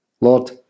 Lord